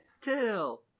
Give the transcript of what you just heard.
till